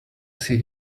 see